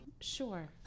Sure